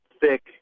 thick